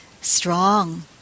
strong